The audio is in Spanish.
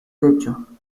techo